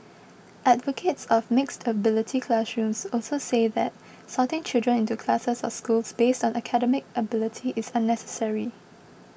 advocates of mixed ability classrooms also say that sorting children into classes or schools based on academic ability is unnecessary